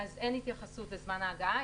אין התייחסות לזמן ההגעה.